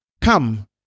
Come